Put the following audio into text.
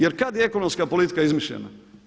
Jer kad je ekonomska politika izmišljena?